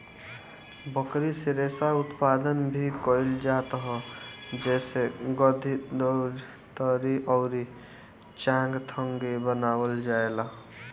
बकरी से रेशा उत्पादन भी कइल जात ह जेसे गद्दी, दरी अउरी चांगथंगी बनावल जाएला